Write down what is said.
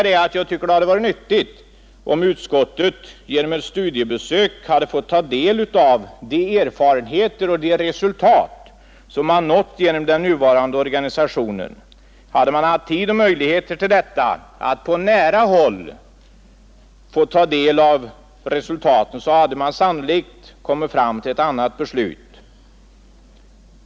Det skulle ha varit nyttigt om utskottet genom ett studiebesök hade fått ta del av de erfarenheter och de resultat som man nått genom den nuvarande organisationen. Hade man haft tid och möjligheter att på nära håll göra detta, hade man sannolikt kommit fram till ett annat beslut.